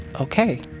okay